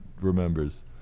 remembers